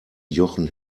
jochen